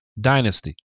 Dynasty